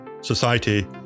society